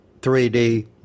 3D